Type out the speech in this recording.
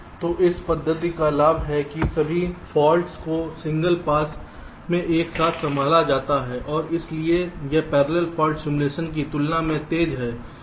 तो इस पद्धति का लाभ यह है कि सभी फॉल्ट्स को सिंगल पास में एक साथ संभाला जाता है और इसलिए यह पैरेलल फाल्ट सिमुलेशन की तुलना में तेज है